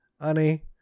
honey